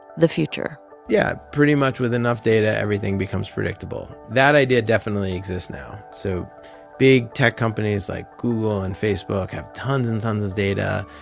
the future yeah, pretty much, with enough data, everything becomes predictable. that idea definitely exists now. so big tech companies like google and facebook have tons and tons of data,